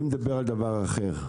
אני מדבר על דבר אחר.